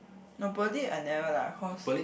no Pearlyn I never lah cause